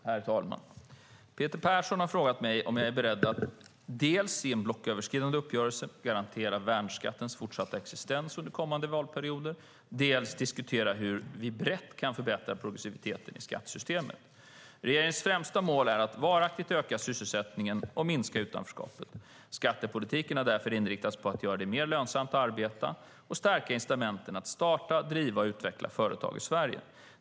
Herr talman! Peter Persson har frågat mig om jag är beredd att dels i en blocköverskridande uppgörelse garantera värnskattens fortsatta existens under kommande valperioder, dels diskutera hur vi brett kan förbättra progressiviteten i skattesystemet. Regeringens främsta mål är att varaktigt öka sysselsättningen och minska utanförskapet. Skattepolitiken har därför inriktats på att göra det mer lönsamt att arbeta och stärka incitamenten att starta, driva och utveckla företag i Sverige.